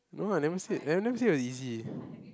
no lah never said I never say it was easy